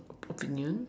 opinion